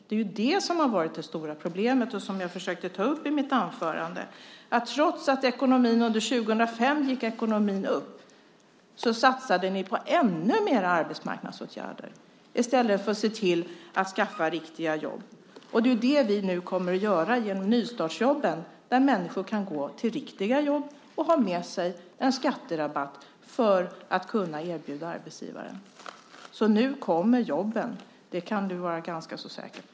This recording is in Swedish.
Det är ju det som har varit det stora problemet och som jag försökte ta upp i mitt anförande. Trots att ekonomin under 2005 gick upp satsade ni på ännu flera arbetsmarknadsåtgärder i stället för att se till att skaffa riktiga jobb. Det är det vi nu kommer att göra med nystartsjobben, där människor kan gå till riktiga jobb och erbjuda arbetsgivaren en skatterabatt. Nu kommer jobben. Det kan du vara ganska säker på.